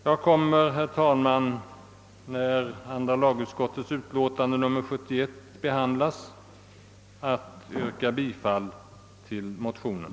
Jag kommer, herr talman, när andra lagutskottets utlåtande nr 71 behandlas, att yrka bifall till motionen.